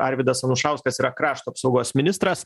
arvydas anušauskas yra krašto apsaugos ministras